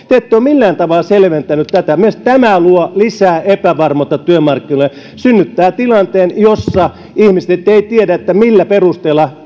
te ette ole millään tavalla selventäneet tätä myös tämä luo lisää epävarmuutta työmarkkinoille ja synnyttää tilanteen jossa ihmiset eivät tiedä millä perusteella